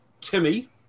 Timmy